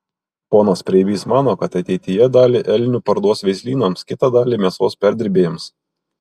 ponas preibys mano kad ateityje dalį elnių parduos veislynams kitą dalį mėsos perdirbėjams